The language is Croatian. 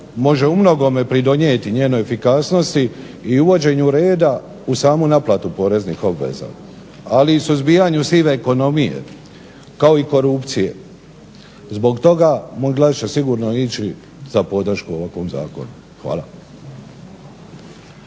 može u mnogome pridonijeti njenoj efikasnosti i uvođenju reda u samu naplatu poreznih obveza, ali i suzbijanju sive ekonomije kao i korupcije. Zbog toga moj glas će sigurno ići za podršku ovakvom zakonu. Hvala.